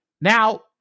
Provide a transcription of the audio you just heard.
Now